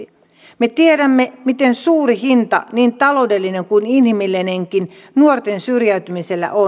me tiedämme miten suuri hinta niin taloudellinen kuin inhimillinenkin nuorten syrjäytymisellä on